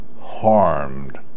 harmed